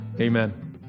Amen